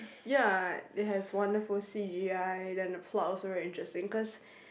ya it has wonderful C_G_I then the plot also very interesting because